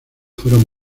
fueron